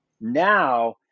now